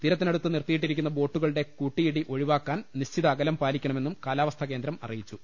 തീരത്തിനടുത്ത് നിർത്തി യിട്ടിരിക്കുന്ന ബോട്ടുകളുടെ കൂട്ടിയിടി ഒഴിവാക്കാൻ നിശ്ചിത അകലം പാലിക്കണമെന്നും കാലാവസ്ഥാകേന്ദ്രം അറിയിച്ചു